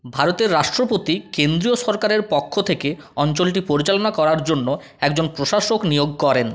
ভারতের রাষ্ট্রপতি কেন্দ্রীয় সরকারের পক্ষ থেকে অঞ্চলটি পরিচালনা করার জন্য একজন প্রশাসক নিয়োগ করেন